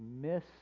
miss